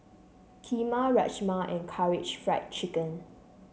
Kheema Rajma and Karaage Fried Chicken